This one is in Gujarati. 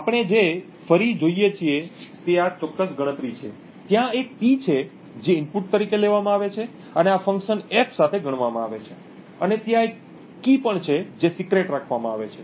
આપણે જે ફરી જોઈએ છીએ તે આ ચોક્કસ ગણતરી છે ત્યાં એક P છે જે ઇનપુટ તરીકે લેવામાં આવે છે અને આ ફંકશન F સાથે ગણવામાં આવે છે અને ત્યાં એક કી પણ છે જે સિક્રેટ રાખવામાં આવે છે